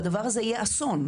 והדבר הזה יהיה אסון.